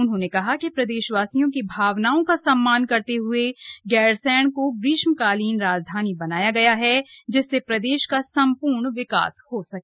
उन्होंने कहा कि प्रदेशवासियों की भावनाओं का सम्मान करते हुए गैरसैंण को ग्रीष्मकालीन राजधानी बनाया गया है जिससे प्रदेश का संपूर्ण विकास हो सके